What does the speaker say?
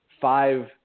five